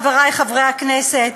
חברי חברי הכנסת,